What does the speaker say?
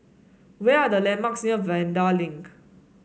where are the landmarks near Vanda Link